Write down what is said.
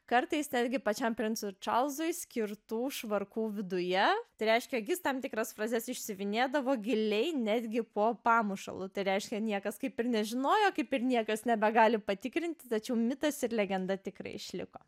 kartais netgi pačiam princui čarlzui skirtų švarkų viduje treškia gis tam tikras frazes išsiuvinėdavo giliai netgi po pamušalu tai reiškia niekas kaip ir nežinojo kaip ir niekas nebegali patikrinti tačiau mitas ir legenda tikrai išliko